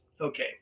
Okay